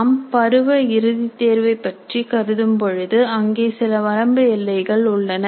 நாம் பருவ இறுதித் தேர்வை பற்றி கருதும் பொழுது அங்கே சில வரம்பு எல்லைகள் உள்ளன